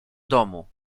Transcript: domu